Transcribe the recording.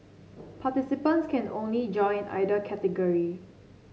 participants can't only join either category